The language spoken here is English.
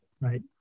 Right